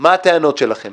מה הטענות שלכם.